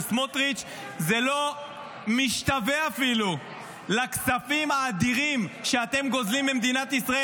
סמוטריץ'; זה לא משתווה אפילו לכספים האדירים שאתם גוזלים ממדינת ישראל.